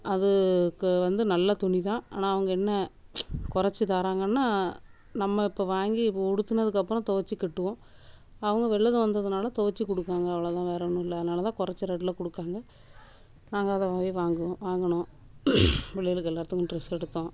அதுக்கு வந்து நல்ல துணி தான் ஆனால் அவங்க என்ன குறச்சி தாராங்கன்னால் நம்ம இப்போ வாங்கி இப்போ உடுத்தினதுக்கு அப்புறம் துவச்சி கட்டுவோம் அவங்க வெளிளது வந்ததனால துவச்சி கொடுக்குறாங்க அவ்வளோதான் வேற ஒன்றும் இல்லை அதனால் தான் குறச்ச ரேட்டில் கொடுக்காங்க நாங்கள் அதை போய் வாங்குவோம் வாங்குனோம் பிள்ளைகளுக்கு எல்லாத்துக்கும் ட்ரெஸ்ஸு எடுத்தோம்